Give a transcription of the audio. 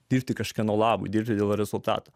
dirbti kažkieno labui dirbti dėl rezultato